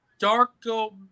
Darko